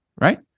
right